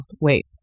wait